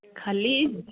ଖାଲି